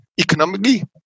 economically